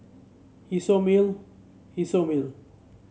isomil isomil